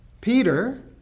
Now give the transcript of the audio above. Peter